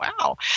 wow